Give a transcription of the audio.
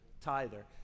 tither